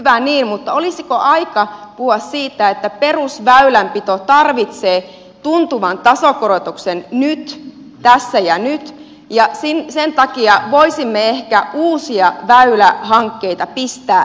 hyvä niin mutta olisiko aika puhua siitä että perusväylänpito tarvitsee tuntuvan tasokorotuksen nyt tässä ja nyt ja sen takia voisimme ehkä uusia väylähankkeita pistää enemmänkin jäihin